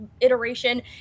iteration